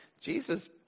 Jesus